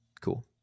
Cool